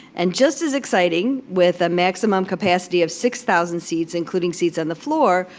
and just as exciting, with a maximum capacity of six thousand seats, including seats on the floor,